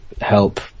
help